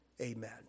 Amen